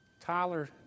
Tyler